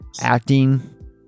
Acting